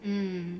hmm